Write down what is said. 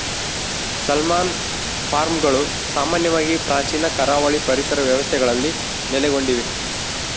salmon ಫಾರ್ಮ್ಗಳು ಸಾಮಾನ್ಯವಾಗಿ ಪ್ರಾಚೀನ ಕರಾವಳಿ ಪರಿಸರ ವ್ಯವಸ್ಥೆಗಳಲ್ಲಿ ನೆಲೆಗೊಂಡಿವೆ